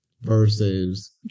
versus